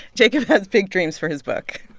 jacob has big dreams for his book.